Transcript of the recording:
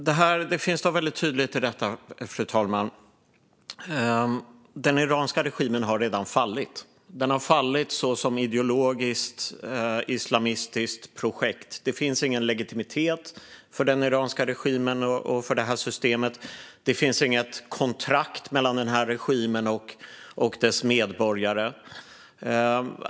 Det finns något väldigt tydligt i detta, fru talman: Den iranska regimen har redan fallit. Den har fallit som ideologiskt islamistiskt projekt. Det finns ingen legitimitet för den iranska regimen och detta system, och det finns inget kontrakt mellan regimen och dess medborgare.